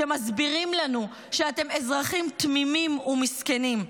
שמסבירים לנו שאתם אזרחים תמימים ומסכנים.